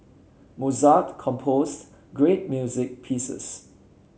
Mozart composed great music pieces